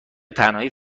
تنهایی